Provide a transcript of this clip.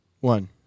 one